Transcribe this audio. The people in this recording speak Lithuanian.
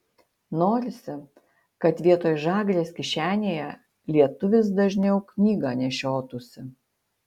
norisi kad vietoj žagrės kišenėje lietuvis dažniau knygą nešiotųsi